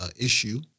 issue